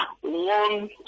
One